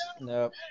Nope